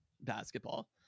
basketball